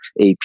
AP